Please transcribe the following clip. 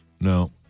No